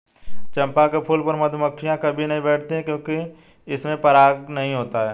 चंपा के फूल पर मधुमक्खियां कभी नहीं बैठती हैं क्योंकि इसमें पराग नहीं होता है